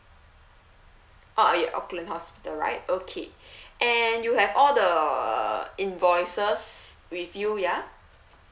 ah ya okay auckland hospital right okay and you have all the invoices with you ya